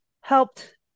helped